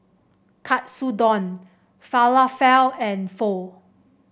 Katsudon Falafel and Pho